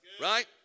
Right